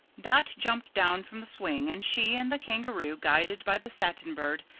dot jumped down from the swing, and she and the kangaroo, guided by the satin bird,